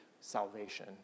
salvation